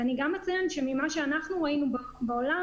ואני גם אציין, שממה שאנחנו ראינו בעולם,